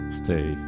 stay